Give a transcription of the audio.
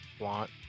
want